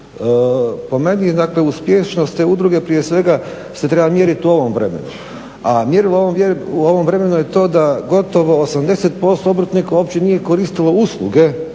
dakle, uspješnost te udruge prije svega se treba mjerit u ovom vremenu, a mjerilo u ovom vremenu je to da gotovo 80% obrtnika uopće nije koristilo usluge